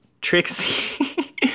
Trixie